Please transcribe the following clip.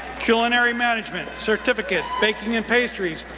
culinary management, certificate, baking and pastries,